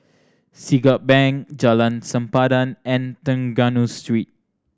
Siglap Bank Jalan Sempadan and Trengganu Street